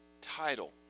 title